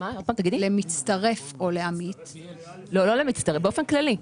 למצטרף אלא באופן כללי.